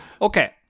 Okay